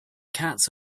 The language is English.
cats